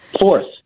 Fourth